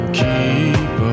keep